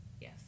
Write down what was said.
Yes